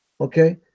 Okay